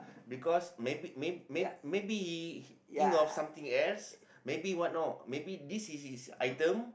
because maybe may may maybe he think of something else maybe what know maybe this is his item